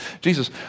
Jesus